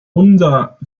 unser